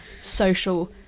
social